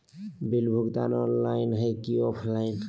Bill भुगतान online है की ऑफलाइन?